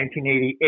1988